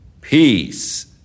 peace